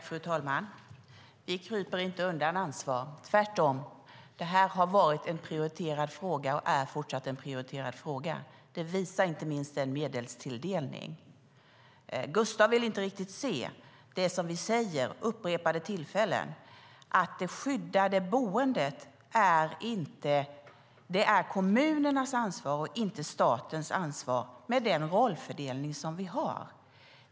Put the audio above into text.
Fru talman! Vi kryper inte undan ansvar, tvärtom. Det här har varit en prioriterad fråga och är fortsatt en prioriterad fråga. Det visar inte minst medelstilldelningen. Gustav vill inte riktigt se det som vi säger vid upprepade tillfällen: att det skyddade boendet är kommunernas ansvar och inte statens ansvar, med den rollfördelning som vi har.